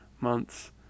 months